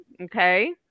Okay